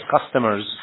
customers